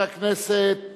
הכנסת